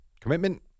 commitment